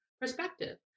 perspective